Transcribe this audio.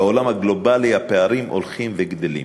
בעולם הגלובלי הפערים הולכים וגדלים,